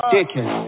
Dickhead